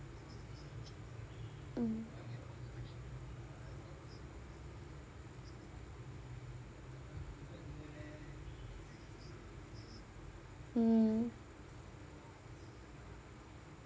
mm mm